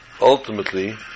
ultimately